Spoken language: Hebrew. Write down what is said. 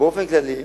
ובאופן כללי,